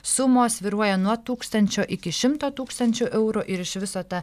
sumos svyruoja nuo tūkstančio iki šimto tūkstančių eurų ir iš viso ta